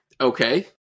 Okay